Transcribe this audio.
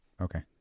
Okay